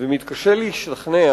ומתקשה להשתכנע